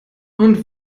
und